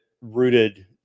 rooted